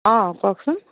অ' কওকচোন